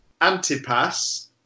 Antipas